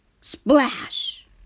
Splash